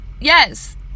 Yes